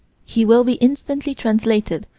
he will be instantly translated,